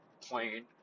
plane